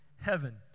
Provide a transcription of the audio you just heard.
heaven